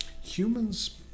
humans